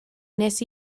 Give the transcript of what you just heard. nes